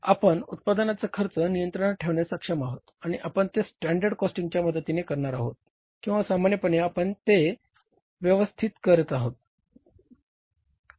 आपण उत्पादन खर्च नियंत्रणात ठेवण्यास सक्षम आहोत आणि आपण ते स्टँडर्ड कॉस्टिंगच्या मदतीने करणार आहोत किंवा सामान्यपणे आपण ते व्यवसायात करतोत बरोबर